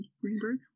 Greenberg